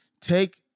Take